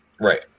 Right